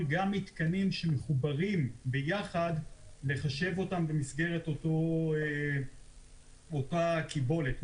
גם מתקנים שמחוברים יחד ולחשב אותם במסגרת אותה קיבולת.